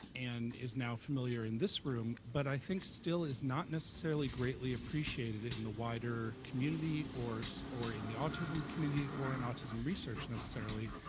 um and is now familiar in this room, but i think still is not necessarily greatly appreciated in the wider community or so or in the autism community or in autism research necessarily,